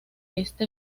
este